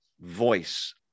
voice